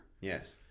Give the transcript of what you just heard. Yes